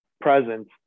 presence